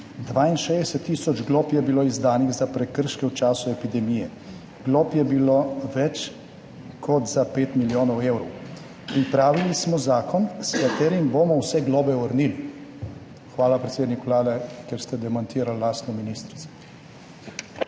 62 tisoč glob je bilo izdanih za prekrške v času epidemije. Glob je bilo več kot za 5 milijonov evrov. Pripravili smo zakon, s katerim bomo vse globe vrnili.« Hvala, predsednik Vlade, ker ste demantirali lastno ministrico.